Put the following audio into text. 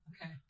Okay